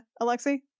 Alexi